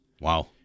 Wow